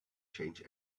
change